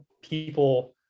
people